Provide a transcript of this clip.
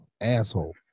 asshole